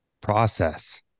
process